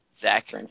Zach